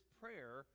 prayer